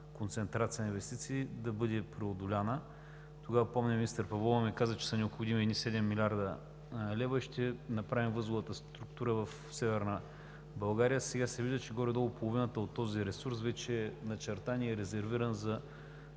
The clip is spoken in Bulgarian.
концентрация на инвестиции да бъде преодоляна. Тогава помня, че министър Павлова ми каза, че са необходими 7 млрд. лв. и ще направим възловата структура в Северна България. Сега се вижда, че горе-долу половината от този ресурс вече е начертан и резервиран, за